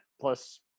plus